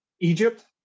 egypt